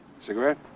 Cigarette